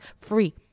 free